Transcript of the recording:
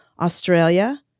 Australia